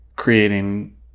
creating